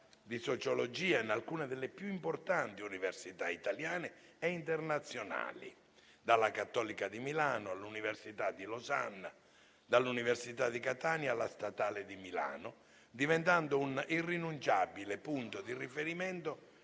di sociologia in alcune delle più importanti università italiane e internazionali, dalla Cattolica di Milano all'Università di Losanna, dall'Università di Catania alla Statale di Milano, diventando un irrinunciabile punto di riferimento